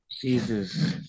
Jesus